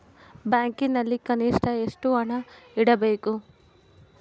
ಬ್ಯಾಂಕಿನಲ್ಲಿ ಕನಿಷ್ಟ ಎಷ್ಟು ಹಣ ಇಡಬೇಕು?